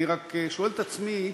אני רק שואל את עצמי,